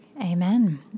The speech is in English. Amen